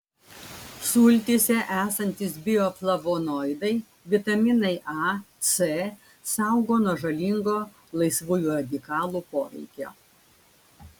sultyse esantys bioflavonoidai vitaminai a c saugo nuo žalingo laisvųjų radikalų poveikio